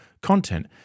content